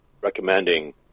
recommending